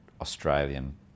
Australian